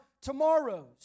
tomorrows